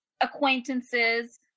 acquaintances